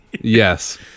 Yes